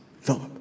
Philip